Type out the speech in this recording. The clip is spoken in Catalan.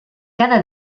cada